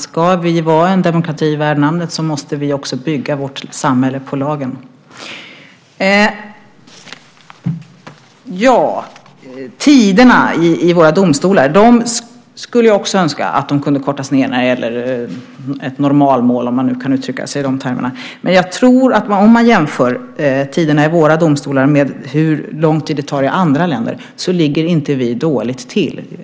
Ska vi vara en demokrati värd namnet måste vi också bygga vårt samhälle på lagen. Tiderna i våra domstolar önskar jag också skulle kunna kortas ned för normalmål - om man kan uttrycka sig i de termerna. Men när det gäller tiderna i våra domstolar jämfört med hur lång tid det tar i andra länder ligger vi inte dåligt till.